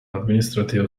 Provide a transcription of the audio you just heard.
administrative